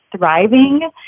thriving